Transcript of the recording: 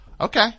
Okay